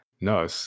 No